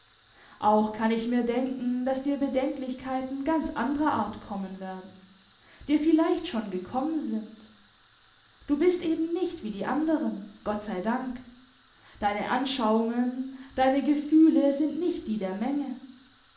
auch kann ich mir denken daß dir bedenklichkeiten ganz anderer art kommen werden dir vielleicht schon gekommen sind du bist eben nicht wie die anderen gott sei dank deine anschauungen deine gefühle sind nicht die der menge